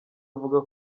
avuga